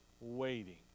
waiting